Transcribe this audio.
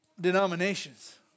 denominations